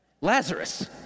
Lazarus